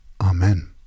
Amen